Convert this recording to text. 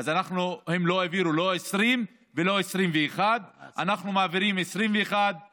אז הם לא העבירו לא 2020 ולא 2021. אנחנו מעבירים 2022-2021,